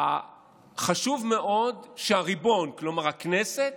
חשוב מאוד שהריבון, כלומר הכנסת,